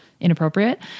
inappropriate